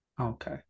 okay